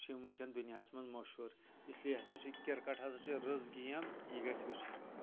چھِ یم ؤنکٮ۪ن دُنیاہَس منٛز مُہشوٗر اس لیے ہسا چھُ کِرکٹ ہسا چھِ رٕژ گیم یہِ گژھِ وُچھن